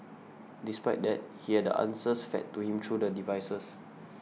despite that he had the answers fed to him through the devices